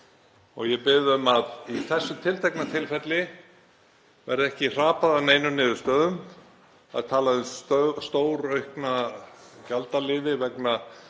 Ég bið um að í þessu tiltekna tilfelli verði ekki hrapað að neinum niðurstöðum. Það er talað um stóraukna gjaldaliði vegna